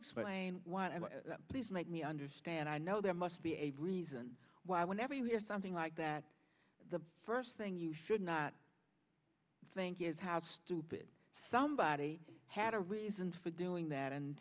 explain why and please make me understand i know there must be a reason why whenever you hear something like that the first thing you should not think is have stupid somebody had a reason for doing that and